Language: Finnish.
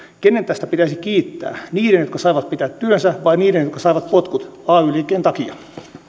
kenen tästä pitäisi kiittää niiden jotka saivat pitää työnsä vai niiden jotka saivat potkut ay liikkeen takia